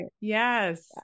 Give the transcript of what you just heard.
Yes